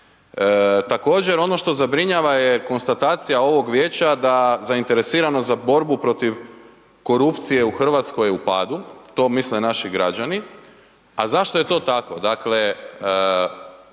Također ono što zabrinjava je konstatacija ovog vijeća da zainteresiranost za borbu protiv korupcije je u padu, to misle naši građani, a zašto je to tako?